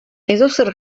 edozer